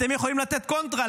אתם יכולים לתת קונטרה,